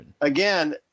again